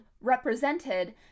represented